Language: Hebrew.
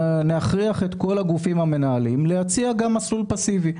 נכריח את כל הגופים המנהלים להציע גם מסלול פאסיבי,